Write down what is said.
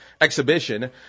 exhibition